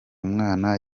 mwana